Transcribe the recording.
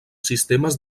sistemes